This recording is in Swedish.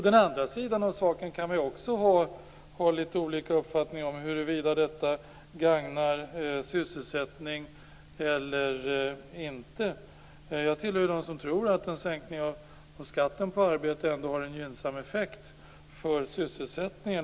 Den andra sidan av saken kan man också ha litet olika uppfattningar om, nämligen huruvida detta gagnar sysselsättningen eller inte. Jag tillhör dem som tror att en sänkning av skatten på arbete ändå har en gynnsam effekt för sysselsättningen.